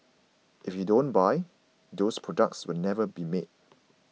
if you don't buy those products will never be made